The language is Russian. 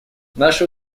наши